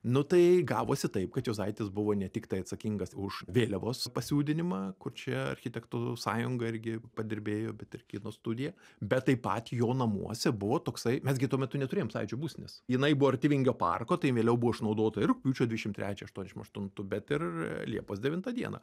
nu tai gavosi taip kad juozaitis buvo ne tiktai atsakingas už vėliavos pasiūdinimą kur čia architektų sąjunga irgi padirbėjo bet ir kino studija bet taip pat jo namuose buvo toksai mes gi tuo metu neturėjom sąjūdžio būstinės jinai buvo arti vingio parko tai vėliau buvo išnaudota ir rugpjūčio dvidešim trečią aštuonešim aštuntų bet ir liepos devintą dieną